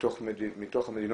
במקרה הזה